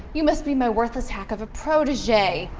you must be my worthless hack of a protege.